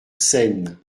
seine